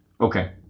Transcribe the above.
Okay